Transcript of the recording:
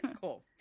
cool